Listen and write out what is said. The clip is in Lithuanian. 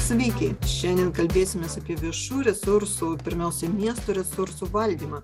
sveiki šiandien kalbėsimės apie viešų resursų pirmiausiai miesto resursų valdymą